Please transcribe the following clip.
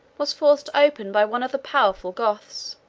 was forced open by one of the powerful goths.